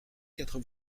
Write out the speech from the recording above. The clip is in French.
quatre